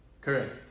Correct